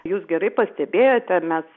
jūs gerai pastebėjote mes